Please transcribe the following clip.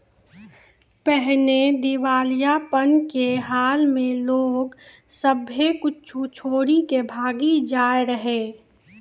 पहिने दिबालियापन के हाल मे लोग सभ्भे कुछो छोरी के भागी जाय रहै